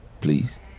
Please